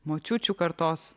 močiučių kartos